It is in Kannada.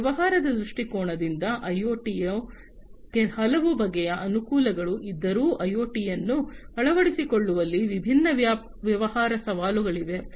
ವ್ಯವಹಾರದ ದೃಷ್ಟಿಕೋನದಿಂದ ಐಒಟಿಯ ಹಲವು ಬಗೆಯ ಅನುಕೂಲಗಳು ಇದ್ದರೂ ಐಒಟಿಯನ್ನು ಅಳವಡಿಸಿಕೊಳ್ಳುವಲ್ಲಿ ವಿಭಿನ್ನ ವ್ಯವಹಾರ ಸವಾಲುಗಳಿವೆ